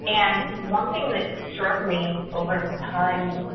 and one thing that struck me over time,